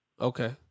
Okay